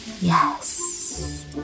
yes